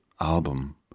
album